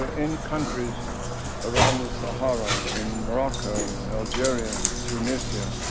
ah in countries around the sahara, in morocco and algeria and tunisia,